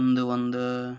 ತಂದು ಒಂದು